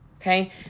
okay